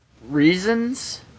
Reasons